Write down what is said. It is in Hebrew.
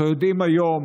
אנחנו יודעים היום